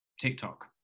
TikTok